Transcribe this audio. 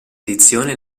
edizione